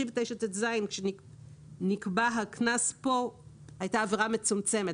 39טז הייתה עבירה מצומצמת.